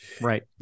Right